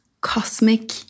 Cosmic